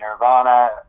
Nirvana